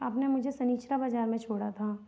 आपने मुझे सनिचरा बाज़ार में छोड़ा था